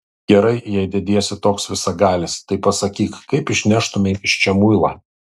gerai jei dediesi toks visagalis tai pasakyk kaip išneštumei iš čia muilą